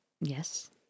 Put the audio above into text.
Yes